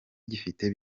gifite